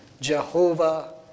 Jehovah